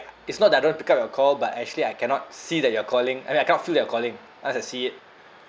it's not that I don't want to pick up your call but actually I cannot see that you're calling I mean I cannot feel that you're calling unless I see it